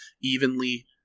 evenly